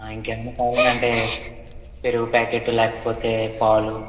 ఇంకేమన్నా కావాలండీ అంటే పెరుగు ప్యాకెటు లేకపోతే పాలు